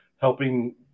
helping